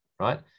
right